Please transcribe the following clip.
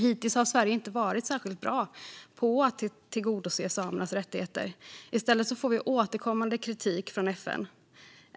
Hittills har Sverige inte varit särskilt bra på att tillgodose samernas rättigheter, utan vi får återkommande kritik från FN.